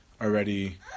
already